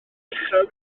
uchel